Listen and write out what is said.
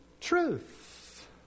truth